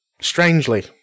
strangely